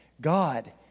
God